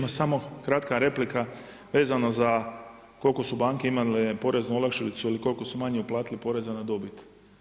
Ma samo kratka replika vezano za koliko su banke imale poraznu olakšicu ili koliko su manje uplatili poreza na dobit.